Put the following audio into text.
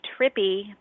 trippy